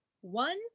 One